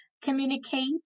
communicate